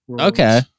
Okay